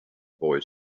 boy